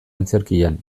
antzerkian